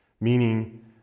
Meaning